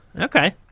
Okay